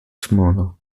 smaller